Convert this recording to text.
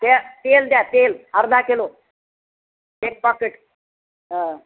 ते तेल द्या तेल अर्धा किलो एक पॉकेट हो